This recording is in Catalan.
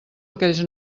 aquells